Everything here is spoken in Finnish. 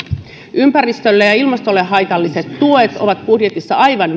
ympäristölle ja ilmastolle haitalliset tuet ovat budjetissa aivan